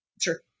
sure